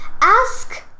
ask